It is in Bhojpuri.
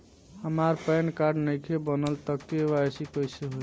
हमार पैन कार्ड नईखे बनल त के.वाइ.सी कइसे होई?